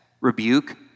rebuke